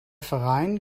verein